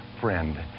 friend